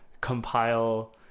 compile